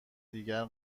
دیگر